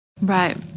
Right